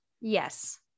Yes